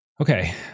Okay